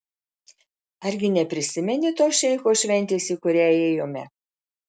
argi neprisimeni tos šeicho šventės į kurią ėjome